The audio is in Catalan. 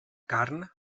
carn